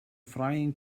frying